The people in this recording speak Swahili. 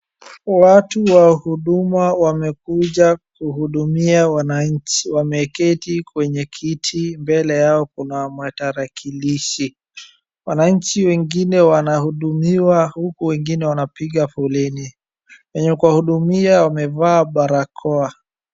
Watu wa huduma wamekuja kuhudumia wananchi, wameketi kwenye kiti, mbele yao kuna matarakilishi. Wananchi wengine wanahudumiwa huku wengine wanapiga foleni, wenye kuwahudumia wamevaa barakoa.